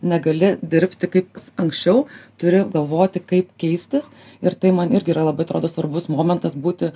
negali dirbti kaip s anksčiau turi galvoti kaip keistis ir tai man irgi yra labai atrodo svarbus momentas būti